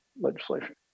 legislation